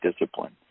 discipline